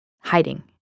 hiding